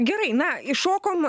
gerai na iššokom